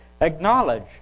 Acknowledge